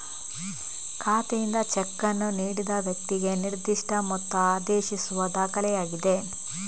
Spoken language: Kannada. ಖಾತೆಯಿಂದ ಚೆಕ್ ಅನ್ನು ನೀಡಿದ ವ್ಯಕ್ತಿಗೆ ನಿರ್ದಿಷ್ಟ ಮೊತ್ತ ಆದೇಶಿಸುವ ದಾಖಲೆಯಾಗಿದೆ